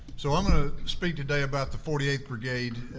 so i'm going to speak today about the forty eighth brigade,